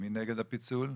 מי נגד הפיצול?